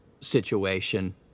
situation